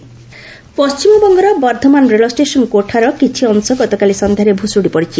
station collapse ପଣ୍ଟିମବଙ୍ଗର ବର୍ଦ୍ଧମାନ ରେଳଷ୍ଟେସନ୍ କୋଠାର କିଛି ଅଂଶ ଗତକାଲି ସନ୍ଧ୍ୟାରେ ଭୁଷୁଡ଼ି ପଡ଼ିଛି